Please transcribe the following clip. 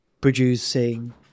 producing